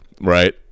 right